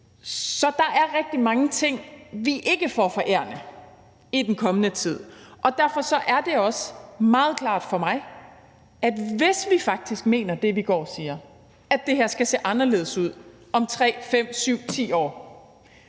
Så der er rigtig mange ting, vi ikke får forærende i den kommende tid, og derfor er det også meget klart for mig, at hvis vi faktisk mener det, vi går og siger om, at det her skal se anderledes ud om 3, 5, 7 eller